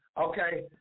Okay